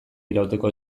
irauteko